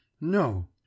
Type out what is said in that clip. …No